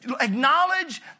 acknowledge